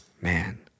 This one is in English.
man